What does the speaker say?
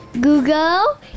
Google